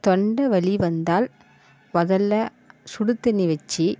தொண்டை வலி வந்தால் முதல்ல சுடுதண்ணி வச்சு